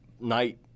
night